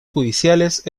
judiciales